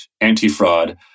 anti-fraud